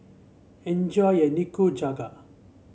enjoy your Nikujaga